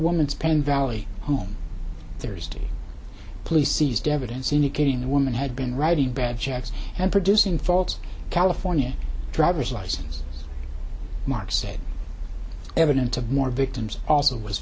woman's pen valley home thursday police seized evidence indicating the woman had been writing bad checks and producing faults california driver's license mark said evidence of more victims also was